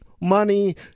money